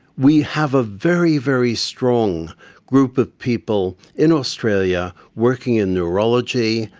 we have a very, very strong group of people in australia working in neurology,